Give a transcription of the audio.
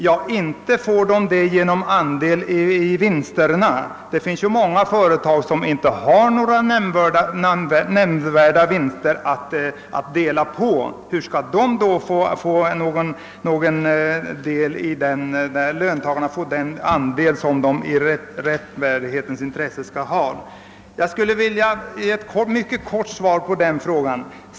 Ja, inte får de den genom andel i vinsten. Det finns ju många företag som inte har några nämnvärda vinster att dela ut. Hur skall löntagarna där få den andel som de i rättvisans intresse skall ha? Jag skulle vilja ge ett mycket kort svar på den frågan.